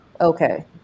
okay